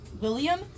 William